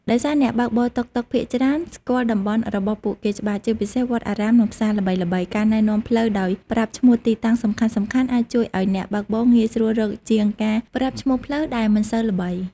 ដោយសារអ្នកបើកបរតុកតុកភាគច្រើនស្គាល់តំបន់របស់ពួកគេច្បាស់ ជាពិសេសវត្តអារាម និងផ្សារល្បីៗ ការណែនាំផ្លូវដោយប្រាប់ឈ្មោះទីតាំងសំខាន់ៗ អាចជួយឱ្យអ្នកបើកបរងាយស្រួលរកជាងការប្រាប់ឈ្មោះផ្លូវដែលមិនសូវល្បី។